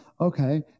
Okay